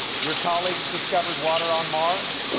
your colleagues discovered water on mars.